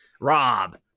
Rob